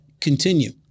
continue